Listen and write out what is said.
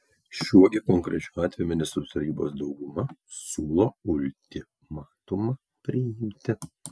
šiuo gi konkrečiu atveju ministrų tarybos dauguma siūlo ultimatumą priimti